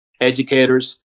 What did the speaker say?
educators